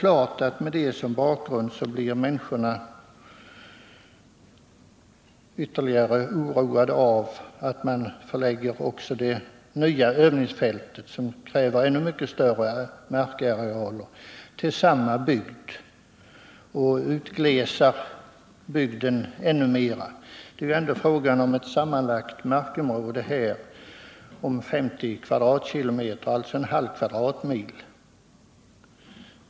Med detta såsom bakgrund blir människorna givetvis ytterligare oroade av att man förlägger också det nya övningsfältet, som kräver ännu större markarealer, till samma bygd och utglesar bygden ännu mer. Det gamla och det nya övningsområdet upptar ett sammanlagt markområde på femtio kvadratkilometer, alltså en halv kvadratmil.